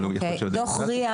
אבל --- דוח RIA,